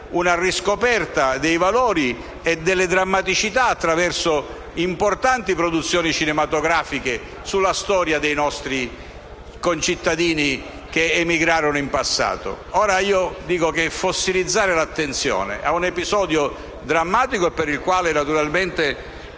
una riscoperta dei valori e delle drammaticità attraverso importanti produzioni cinematografiche sulla storia dei nostri concittadini che emigrarono in passato. Di fronte all'idea di fossilizzare l'attenzione su un episodio drammatico, del quale naturalmente